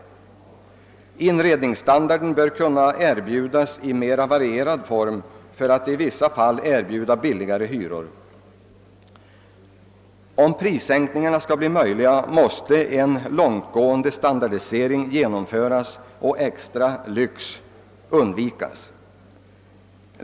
Större variation i inredningsstandarden bör också erbjudas bostadskonsumenterna så att man i vissa fall kan erbjudas lägre hyror. Om prissänkningar skall bli möjliga måste en långtgående standardisering genomföras och extra lyx undvikas.